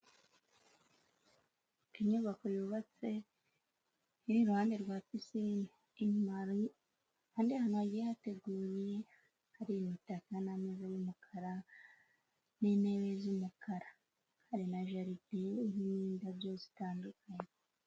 Inyubako yubatse iri iruhande rwa pisine, inyuma hari ahandi hantu hagiye hateguye hari imitaka n'ameza y'umukara n'intebe z'umukara hari na jaride n'indabyo zitandukanye.